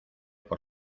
por